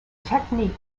technique